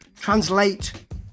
translate